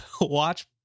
watch